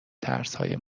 ترسهای